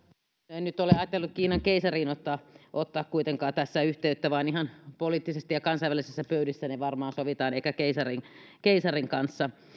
en nyt ole ajatellut kiinan keisariin ottaa kuitenkaan tässä yhteyttä vaan ihan poliittisesti ja kansainvälisissä pöydissä ne varmaan sovitaan eikä keisarin keisarin kanssa